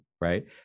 right